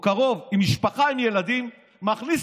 או קרוב, עם משפחה עם ילדים, מכניס